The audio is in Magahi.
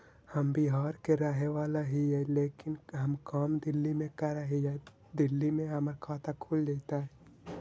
हम बिहार के रहेवाला हिय लेकिन हम काम दिल्ली में कर हिय, दिल्ली में हमर खाता खुल जैतै?